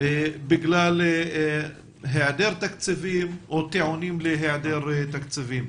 בגלל היעדר תקציבים או טיעונים להיעדר תקציבים.